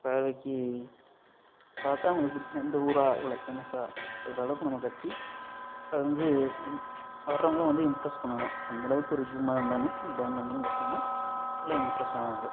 பார்வைக்கு பார்த்தா அவங்குளுக்கு பிடிக்கிணும் இந்த ஊரா இவ்வளோ பேமஸ்சாக சொல்லுறளவுக்கு நம்ம கட்டி அது வந்து வர்றவங்களும் வந்து இம்ப்ரெஸ் பண்ணணும் அந்தளவுக்கு ஒரு ஜூமா இருந்தாலும் டேமாகருந்தாலும் கட்ணுனா நல்ல இம்ப்ரெஸ் ஆவாங்க